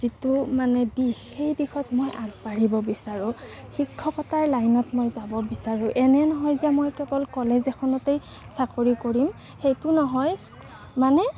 যিটো মানে দিশ সেই দিশত মই আগবাঢ়িব বিচাৰো শিক্ষকতাৰ লাইনত মই যাব বিচাৰোঁ এনে নহয় যে মই কেৱল কলেজ এখনতেই চাকৰি কৰিম সেইটো নহয় মানে